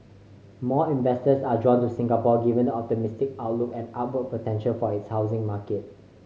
more investors are drawn to Singapore given optimistic outlook and upward potential for its housing market